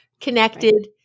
connected